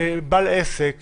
בעל עסק